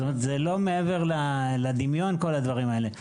זה לא מעבר לדמיון כל הדברים האלה.